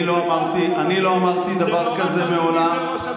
אני לא אמרתי דבר כזה מעולם.